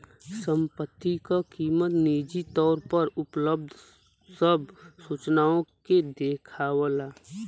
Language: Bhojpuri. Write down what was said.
संपत्ति क कीमत निजी तौर पर उपलब्ध सब सूचनाओं के देखावला